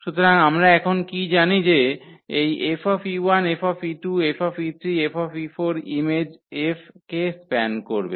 সুতরাং আমরা এখন কী জানি যে এই 𝐹 𝐹 𝐹 𝐹 ইমেজ 𝐹 কে স্প্যান করবে